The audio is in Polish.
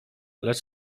lecz